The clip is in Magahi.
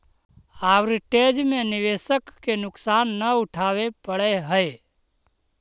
आर्बिट्रेज में निवेशक के नुकसान न उठावे पड़ऽ है